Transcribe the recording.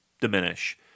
diminish